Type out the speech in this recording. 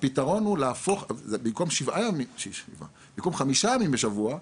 הפתרון הוא להפוך במקום חמישה ימים בשבוע,